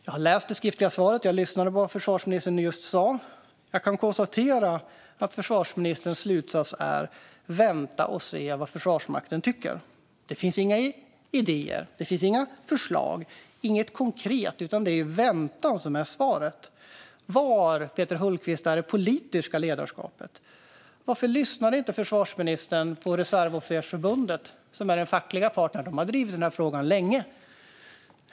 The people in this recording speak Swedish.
Jag har läst det skriftliga svaret och lyssnade på vad försvarsministern sa alldeles nyss, och jag konstaterar att försvarsministerns slutsats är att vänta och se vad Försvarsmakten tycker. Det finns inga idéer, inga förslag, inget konkret, utan det är väntan som är svaret. Var, Peter Hultqvist, är det politiska ledarskapet? Varför lyssnar inte försvarsministern på Förbundet Reservofficerarna - den fackliga parten? De har drivit frågan länge.